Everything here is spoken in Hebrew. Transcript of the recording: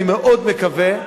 אני מאוד מקווה.